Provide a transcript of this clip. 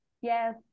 Yes